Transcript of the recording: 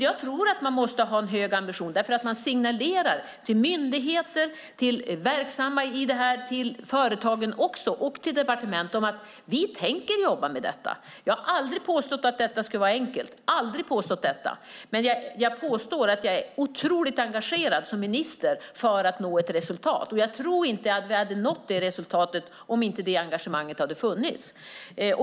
Jag tror att man måste ha en hög ambition, för man signalerar till myndigheter, till dem som är verksamma i detta, till företagen och till departement att vi tänker jobba med detta. Jag har aldrig påstått att detta skulle vara enkelt. Men jag påstår att jag är otroligt engagerad som minister för att nå ett resultat, och jag tror inte att vi hade nått detta resultat om inte engagemanget hade funnits.